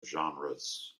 genres